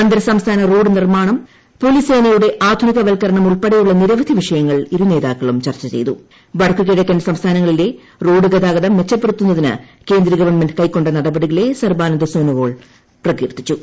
അന്തർസംസ്ഥാന റോഡ് നിർമ്മാണം പോലീസ് സേനയുടെ ആധുനികവൽക്കരണം ഉൾപ്പടെയുള്ള നിരവധി വിഷയങ്ങൾ ഇരുനേതാക്കളും സംസ്ഥാനങ്ങളിലെ റോഡ് ഗതാഗതം മെച്ചപ്പെടുത്തുന്നതിന് കേന്ദ്രഗവൺമെന്റ് കൈകൊണ്ട നടപടികളെ സർബാനന്ദ് സോനോവാൾ പ്രകീർത്തിച്ചു